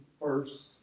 first